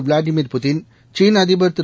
Vladimir Putin சீன அதிபர் திரு